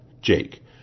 Jake